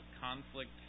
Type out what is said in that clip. conflict